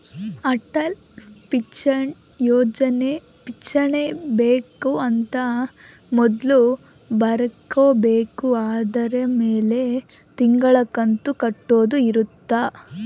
ಅಟಲ್ ಪಿಂಚಣಿ ಯೋಜನೆ ಪಿಂಚಣಿ ಬೆಕ್ ಅಂತ ಮೊದ್ಲೇ ಬರ್ಕೊಬೇಕು ಅದುರ್ ಮೆಲೆ ತಿಂಗಳ ಕಂತು ಕಟ್ಟೊದ ಇರುತ್ತ